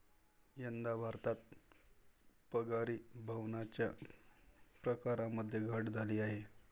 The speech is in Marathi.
यंदा भारतात परागीभवनाच्या प्रकारांमध्ये घट झाली आहे